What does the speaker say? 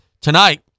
Tonight